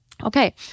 Okay